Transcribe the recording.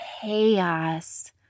chaos